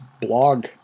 blog